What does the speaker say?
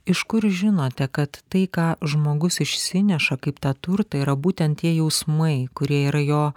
iš kur žinote kad tai ką žmogus išsineša kaip tą turtą yra būtent tie jausmai kurie yra jo